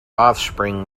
offspring